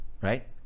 right